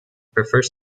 prefers